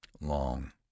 long